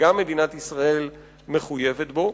שגם מדינת ישראל מחויבת בו,